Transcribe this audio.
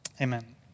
Amen